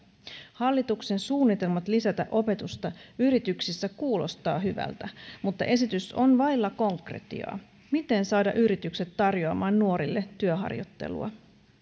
hallituksen suunnitelmat lisätä opetusta yrityksissä kuulostaa hyvältä mutta esitys on vailla konkretiaa miten saada yritykset tarjoamaan nuorille työharjoittelua